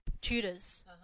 tutors